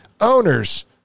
owners